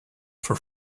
for